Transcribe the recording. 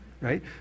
right